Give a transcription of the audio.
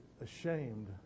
ashamed